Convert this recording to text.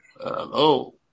Hello